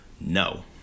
No